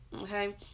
Okay